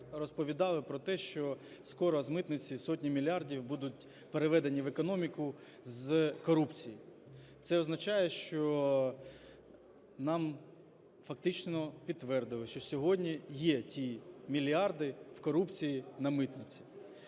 розповідали про те, що скоро з митниці сотні мільярдів будуть переведені в економіку з корупції. Це означає, що нам фактично підтвердили, що сьогодні є ті мільярди в корупції на митниці.